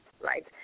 right